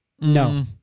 No